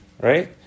right